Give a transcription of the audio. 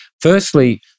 firstly